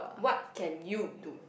what can you do